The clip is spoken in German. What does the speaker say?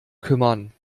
kümmern